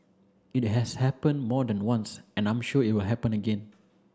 it has happened more than once and I'm sure it will happen again